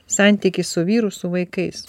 santykį su vyru su vaikais